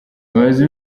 umuyobozi